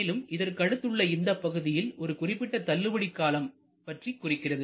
மேலும் இதற்கு அடுத்துள்ள இந்தப்பகுதி ஒரு குறிப்பிட்ட தள்ளுபடி காலம் பற்றி குறிக்கிறது